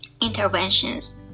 interventions